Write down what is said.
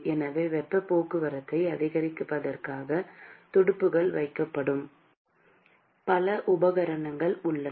எனவே வெப்பப் போக்குவரத்தை அதிகரிப்பதற்காக துடுப்புகள் வைக்கப்படும் பல உபகரணங்கள் உள்ளன